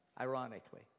ironically